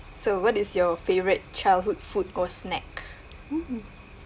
so what is your favourite childhood food or snack mmhmm